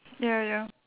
ya ya